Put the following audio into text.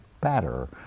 better